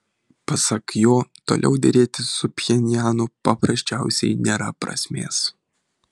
pasak jo toliau derėtis su pchenjanu paprasčiausiai nėra prasmės